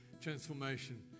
transformation